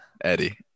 Eddie